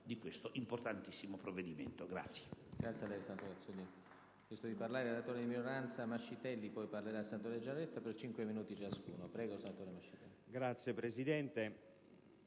di questo importantissimo provvedimento.